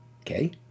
Okay